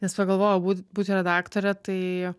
nes pagalvojau būt būti redaktore tai